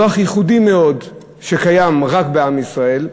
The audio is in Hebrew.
לוח ייחודי מאוד שקיים רק בעם ישראל,